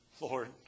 Lord